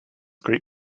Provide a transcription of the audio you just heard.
great